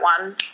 one